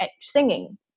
singing